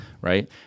Right